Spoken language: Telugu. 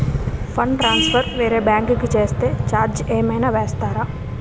ఫండ్ ట్రాన్సఫర్ వేరే బ్యాంకు కి చేస్తే ఛార్జ్ ఏమైనా వేస్తారా?